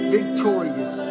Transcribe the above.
victorious